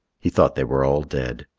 he thought they were all dead.